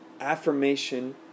affirmation